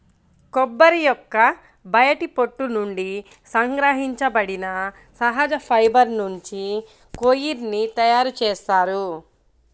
కొబ్బరి యొక్క బయటి పొట్టు నుండి సంగ్రహించబడిన సహజ ఫైబర్ నుంచి కోయిర్ ని తయారు చేస్తారు